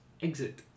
exit